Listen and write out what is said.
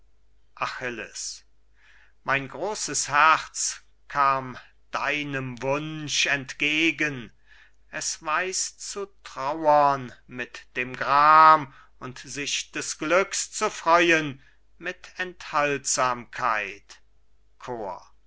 achilles mein großes herz kam deinem wunsch entgegen es weiß zu trauern mit dem gram und sich des glücks zu freuen mit enthaltsamkeit chor